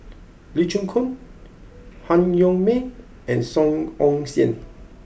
Lee Chin Koon Han Yong May and Song Ong Siang